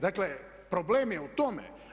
Dakle, problem je u tome.